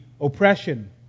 oppression